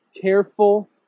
careful